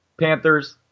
Panthers